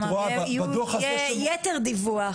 כלומר יהיה יתר דיווח.